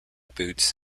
boots